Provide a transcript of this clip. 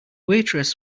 waitress